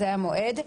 זה המועד.